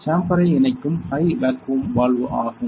சேம்பர்ரை இணைக்கும் high vacuum valve ஆகும்